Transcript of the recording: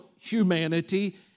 humanity